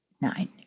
nine